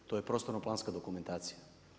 To je prostorno-planska dokumentacija.